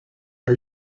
are